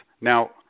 Now